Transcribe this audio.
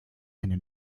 eine